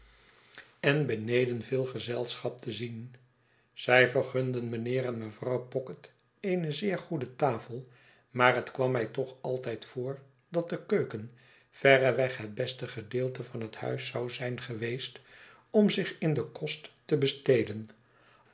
en beneden veel gezelschap te zien zij vergunden mijnheer en mevrouw pocket eene zeer goede tafel maar het kwam mij toch altijd voor dat de keuken verreweg het beste gedeelte van het huis zou zijn geweest om zich in den kost te besteden